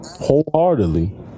wholeheartedly